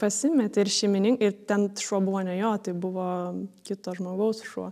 pasimetė ir šeimininkai ir ten šuo buvo ne jo tai buvo kito žmogaus šuo